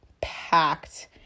packed